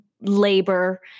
labor